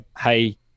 hey